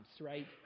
right